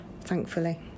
thankfully